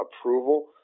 approval